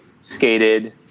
skated